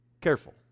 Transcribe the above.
Careful